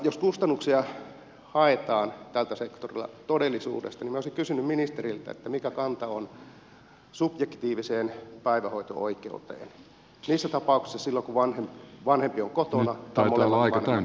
jos kustannuksia haetaan tältä sektorilta todellisuudessa niin olisin kysynyt ministeriltä mikä kanta hänellä on subjektiiviseen päivähoito oikeuteen silloin kun vanhempi on kotona tai molemmat vanhemmat ovat kotona